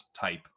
type